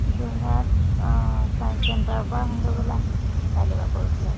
যোৰহাট অঁ পৰা আহোঁগৈ ব'লা কাইলৈ বা পৰহিলৈ